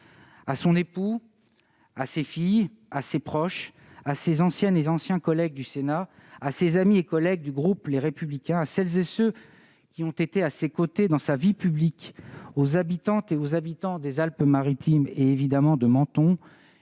À son époux, à ses filles, à ses proches, à ses anciennes et anciens collègues du Sénat, à ses amis et collègues du groupe Les Républicains, à celles et ceux qui ont été à ses côtés dans sa vie publique, aux habitantes et aux habitants des Alpes-Maritimes et, évidemment, de Menton,